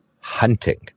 hunting